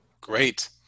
Great